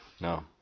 No